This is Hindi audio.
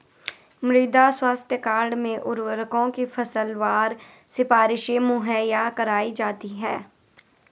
मृदा स्वास्थ्य कार्ड में उर्वरकों की फसलवार सिफारिशें मुहैया कराई जाती है